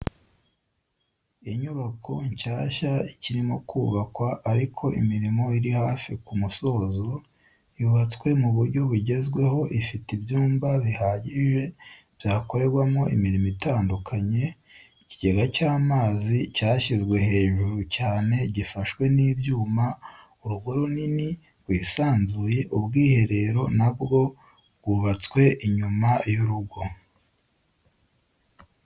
Inyubako nshyashya ikirimo kubakwa ariko imirimo iri hafi ku musozo yubatswe mu buryo bugezweho ifite ibyumba bihagije byakorerwamo imirimo itandukanye, ikigega cy'amazi cyashyizwe hejuru cyane gifashwe n'ibyuma, urugo runini rwisanzuye, ubwiherero nabwo bwubatswe inyuma y'urugo.